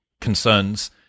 concerns